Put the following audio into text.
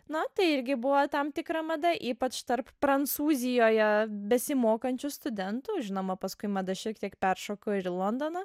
na tai irgi buvo tam tikra mada ypač tarp prancūzijoje besimokančių studentų žinoma paskui mada šiek tiek peršoko ir į londoną